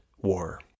war